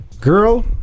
girl